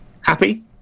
happy